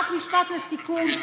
רק משפט לסיכום,